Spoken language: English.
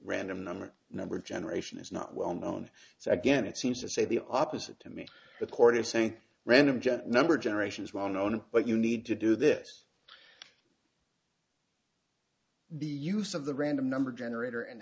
random number number generation is not well known so again it seems to say the opposite to me the court is saying random jet number generation is well known but you need to do this the use of the random number generator and